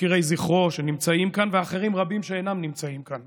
מוקירי זכרו שנמצאים כאן ורבים אחרים שאינם נמצאים כאן,